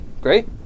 Great